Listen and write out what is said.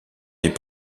les